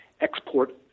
export